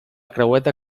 creueta